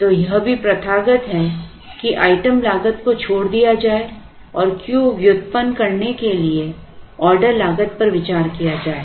तो यह भी प्रथागत है कि आइटम लागत को छोड़ दिया जाए और Q व्युत्पन्न करने के लिए ऑर्डर लागत पर विचार किया जाए